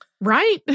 Right